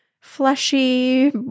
fleshy